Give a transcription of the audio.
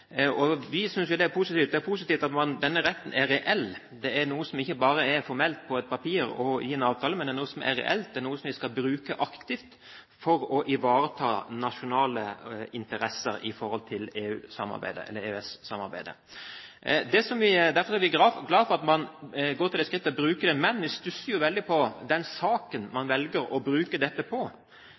og vi synes jo det er positivt. Det er positivt at denne retten er reell. Det er noe som ikke bare er formelt på et papir og i en avtale, men det er noe som er reelt. Det er noe vi skal bruke aktivt for å ivareta nasjonale interesser i EØS-samarbeidet. Derfor er vi glad for at man går til det skritt å bruke den, men vi stusser jo veldig på saken man velger å bruke den på.